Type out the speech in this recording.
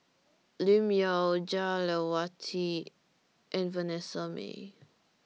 Lim Yau Jah Lelawati and Vanessa Mae